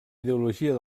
ideologia